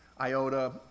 iota